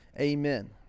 Amen